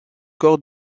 cor